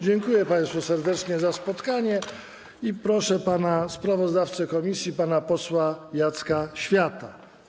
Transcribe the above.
Dziękuję państwu serdecznie za spotkanie i proszę sprawozdawcę komisji pana posła Jacka Świata.